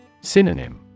Synonym